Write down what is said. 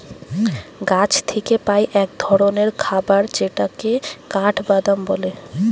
গাছ থিকে পাই এক ধরণের খাবার যেটাকে কাঠবাদাম বলে